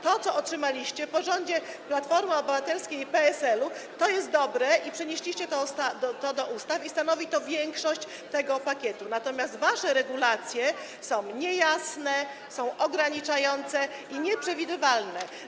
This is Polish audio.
To, co otrzymaliście po rządzie Platformy Obywatelskiej i PSL-u, jest dobre i przenieśliście to do ustaw, i stanowi to większość tego pakietu, natomiast wasze regulacje są niejasne, są ograniczające i nieprzewidywalne.